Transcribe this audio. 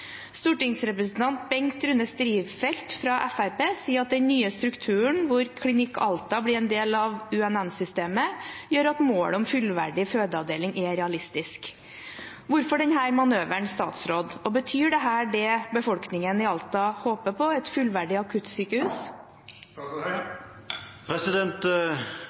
Stortingsrepresentant Bengt Rune Strifeldt fra Fremskrittspartiet sier at den nye strukturen hvor Klinikk Alta blir en del av UNN-systemet, gjør at målet om fullverdig fødeavdeling er realistisk. Hvorfor denne manøveren, statsråd? Og betyr dette det befolkningen i Alta håper på: et fullverdig akuttsykehus?